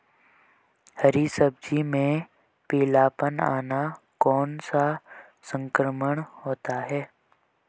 हरी सब्जी में पीलापन आना कौन सा संक्रमण होता है?